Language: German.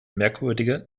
merkwürdige